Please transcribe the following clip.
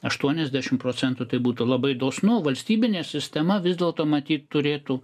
aštuoniasdešimt procentų tai būtų labai dosnu valstybinė sistema vis dėlto matyt turėtų